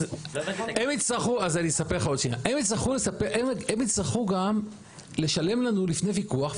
הם יצטרכו גם לשלם לנו לפני ויכוח.